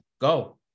go